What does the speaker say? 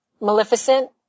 Maleficent